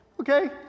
Okay